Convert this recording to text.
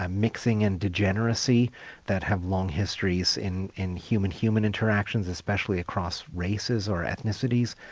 ah mixing and degeneracy that have long histories in in human-human interactions, especially across races or ethnicities.